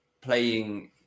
playing